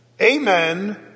amen